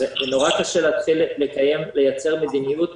נורא קשה להתחיל לייצר מדיניות